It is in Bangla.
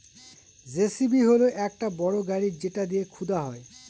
যেসিবি হল একটা বড় গাড়ি যেটা দিয়ে খুদা হয়